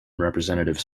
representatives